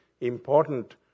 important